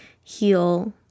heal